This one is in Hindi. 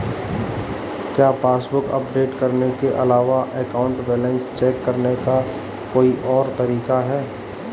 क्या पासबुक अपडेट करने के अलावा अकाउंट बैलेंस चेक करने का कोई और तरीका है?